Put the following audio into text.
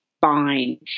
fine